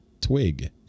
twig